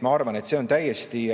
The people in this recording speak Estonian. Ma arvan, et see on täiesti